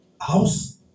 House